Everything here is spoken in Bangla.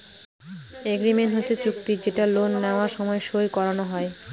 এগ্রিমেন্ট হচ্ছে চুক্তি যেটা লোন নেওয়ার সময় সই করানো হয়